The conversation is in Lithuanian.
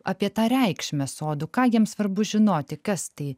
apie tą reikšmę sodų ką jiems svarbu žinoti kas tai